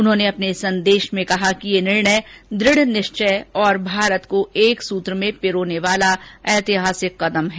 उन्होंने अपने संदेश में कहा कि यह निर्णय दृढनिश्चय और भारत को एकसूत्र में पिरोने वाला एक ऐतिहासिक कदम है